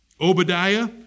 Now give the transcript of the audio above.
Obadiah